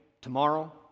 tomorrow